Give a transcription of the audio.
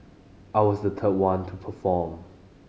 I was the third one to perform